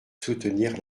soutenir